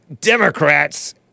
Democrats